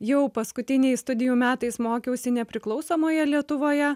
jau paskutiniais studijų metais mokiausi nepriklausomoje lietuvoje